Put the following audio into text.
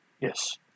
Yes